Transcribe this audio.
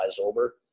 over